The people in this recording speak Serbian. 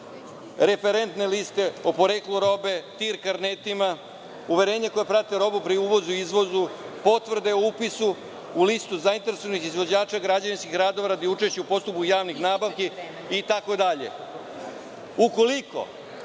referentne liste o poreklu robe TIR karnetima, uverenja koja prate robu pri uvozu i izvozu, potvrde o upisu u listu zainteresovanih izvođača građevinskih radova radi učešća u postupku javnih nabavki